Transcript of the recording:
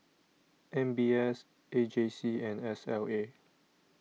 M B S A J C and S L A